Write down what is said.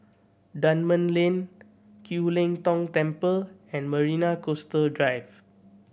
Dunman Lane Kiew Lee Tong Temple and Marina Coastal Drive